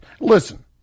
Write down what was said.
Listen